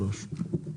התשפ"ג-2023.